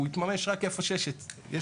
הוא יתממש רק איפה שיש ביקוש,